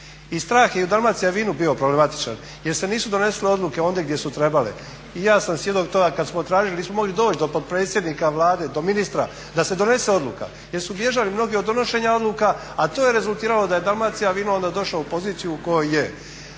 I strah je i u Dalmacijuvinu bio problematičan jer se nisu donosile odluke gdje su trebale. I ja sam svjedok toga, kada smo tražili nismo mogli doći do potpredsjednika Vlade do ministra da se donese odluka jer su bježali mnogi od donošenja odluka, a to je rezultiralo da je DAlmacijavino došlo u poziciju u kojoj je.